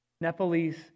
Nepalese